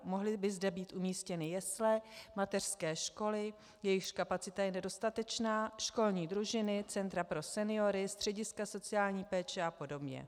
Mohly by zde být umístěny jesle, mateřské školy, jejichž kapacita je nedostatečná, školní družiny, centra pro seniory, střediska sociální péče apod.